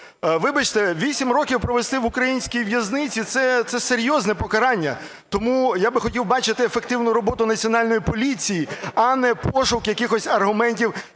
Вибачте, 8 років провести в українській в'язниці – це серйозне покарання. Тому я би хотів бачити ефективну роботу Національної поліції, а не пошук якихось аргументів,